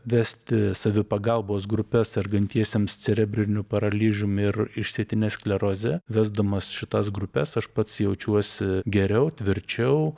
vesti savipagalbos grupes sergantiesiems cerebriniu paralyžiumi ir išsėtine skleroze vesdamas šitas grupes aš pats jaučiuosi geriau tvirčiau